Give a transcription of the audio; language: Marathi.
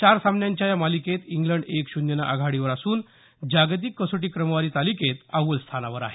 चार सामन्यांच्या या मालिकेत इग्लंड एक शन्यनं आघाडीवर असून जागतिक कसोटी क्रमवारी तालिकेत अव्वल स्थानावर आहे